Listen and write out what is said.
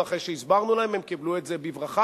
ואחרי שהסברנו להם הם קיבלו את זה בברכה,